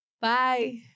bye